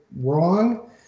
wrong